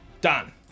Done